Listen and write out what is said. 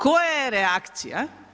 Koja je reakcija?